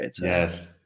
Yes